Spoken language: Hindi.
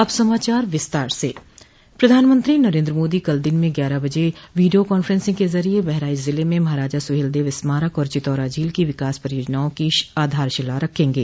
अब समाचार विस्तार से प्रधानमंत्रो नरेन्द्र मोदी कल दिन में ग्यारह बजे वीडियो कान्फ्रेंसिंग के जरिये बहराइच जिले में महाराजा सुहेलदेव स्मारक और चितौरा झील की विकास परियोजनाओं की आधारशिला रखेंगे